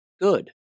Good